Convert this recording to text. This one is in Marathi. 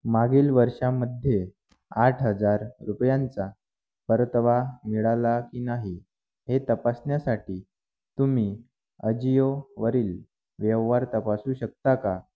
मागील वर्षामध्ये आठ हजार रुपयांचा परतावा मिळाला की नाही हे तपासण्यासाठी तुम्ही अजिओवरील व्यवहार तपासू शकता का